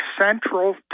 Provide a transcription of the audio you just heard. central